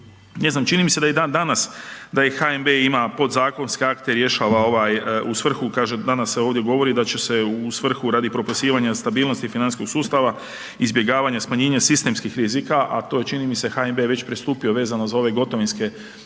ne znam čini mi se da i dan danas da i HNB ima podzakonske akte, rješava ovaj u svrhu kaže danas se ovdje govori da će se u svrhu radi propisivanja stabilnosti financijskog sustava, izbjegavanje smanjivanja sistemskih rizika, a to je čini mi se HNB već pristupio vezano za ove gotovinske,